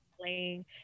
playing